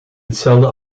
hetzelfde